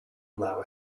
allow